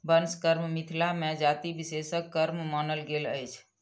बंस कर्म मिथिला मे जाति विशेषक कर्म मानल गेल अछि